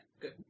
good